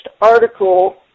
article